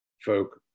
folk